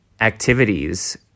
activities